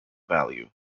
value